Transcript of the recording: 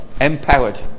empowered